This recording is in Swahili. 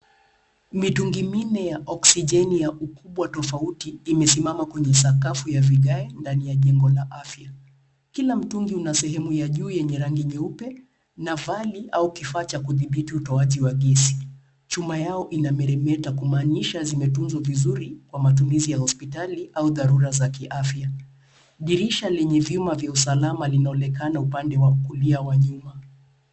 Mitungi minne ya okisijeni ya ukubwa tofauti, imesimama kwenye sakafu ya vigae, ndani ya jengo la afya. Kila mtungi una sehemu ya juu yenye rangi nyeupe na vali au kifa cha kuthibiti utoaji wa gesi. Chuma yao inameremeta, kumaanisha zimetunza vizuri, kwa matumizi ya hospitali au dharura za kiafya. Dirisha lenye vyuma vya usalama linaonekana upande wa kulia wa nyuma.